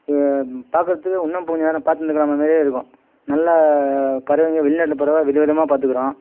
பார்க்கறதுக்கு இன்னும் கொஞ்சம் நேரம் பாத்துன்னு இருக்கலாமே மாரியே இருக்கும் நல்லா பறவைங்க வெளிநாட்டு பறவை விதவிதமாக பாத்துருக்குறோம்